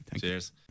Cheers